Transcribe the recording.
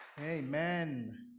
Amen